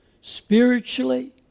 spiritually